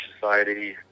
society